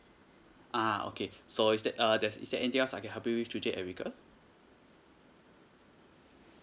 ah okay so is there uh is there anything else I can help you with today erica